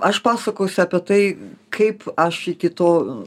aš pasakosiu apie tai kaip aš iki tol